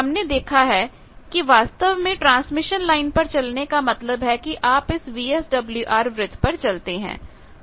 हमने देखा है कि वास्तव में ट्रांसमिशन लाइन पर चलने का मतलब है कि आप इस VSWR वृत्त पर चलते हैं